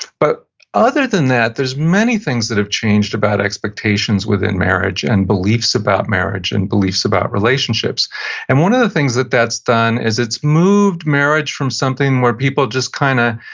but other than that, there's many things that have changed about expectations within marriage, and beliefs about marriage, and beliefs about relationships and one of the things that that's done is it's moved marriage from something where people just kind of,